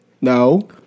No